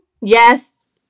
yes